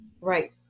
Right